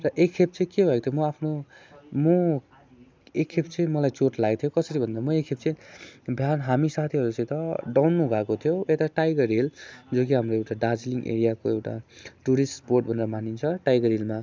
र एकखेप चाहिँ के भएको थियो म आफ्नो म एकखेप चाहिँ मलाई चोट लागेको थियो कसरी भन्दा म एकखेप चाहिँ बिहान हामी साथीहरूसित दौड्नु गएको थियौँ यता टाइगर हिल जो कि हाम्रो एउटा दार्जिलिङ एरियाको एउटा टुरिस्ट स्पोट भनेर मानिन्छ टाइगर हिलमा